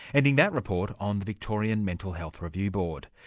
ending that report on the victorian mental health review board.